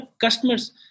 customers